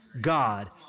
God